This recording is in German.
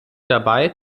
dabei